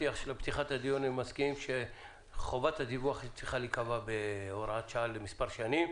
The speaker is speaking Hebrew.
אני מסכים שחובת הדיווח צריכה להיקבע כהוראת שעה למספר שנים.